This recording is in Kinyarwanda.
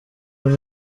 ari